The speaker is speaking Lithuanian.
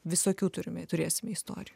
visokių turime i turėsime istorijų